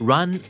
Run